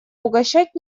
угощать